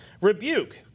rebuke